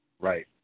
Right